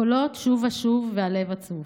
// הקולות שוב ושוב / והלב עצוב".